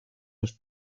los